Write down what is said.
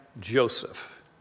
Joseph